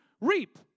reap